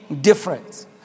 difference